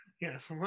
yes